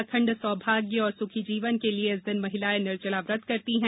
अखण्ड सौभाग्य और सुखी जीवन के लिए इस दिन महिलाएं निर्जला व्रत करती है